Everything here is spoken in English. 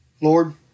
Lord